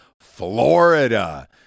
Florida